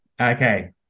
Okay